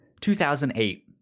2008